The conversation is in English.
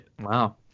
Wow